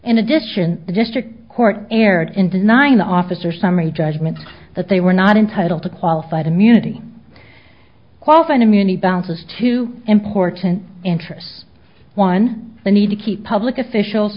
in addition the district court erred in denying the officer summary judgment that they were not entitled to qualified immunity qualified immunity bouncers to important interests one the need to keep public officials